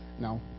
No